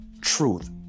truth